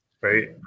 right